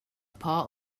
part